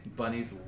bunnies